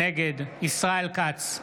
נגד ישראל כץ,